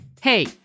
Hey